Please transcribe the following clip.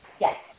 yes